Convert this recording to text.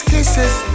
Kisses